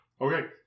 Okay